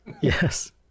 Yes